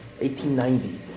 1890